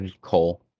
Cole